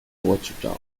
watertown